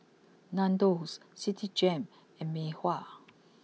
Nandos Citigem and Mei Hua